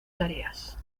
tareas